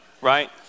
right